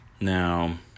Now